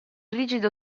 rigido